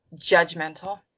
judgmental